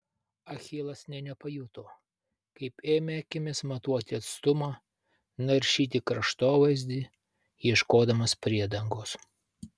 achilas nė nepajuto kaip ėmė akimis matuoti atstumą naršyti kraštovaizdį ieškodamas priedangos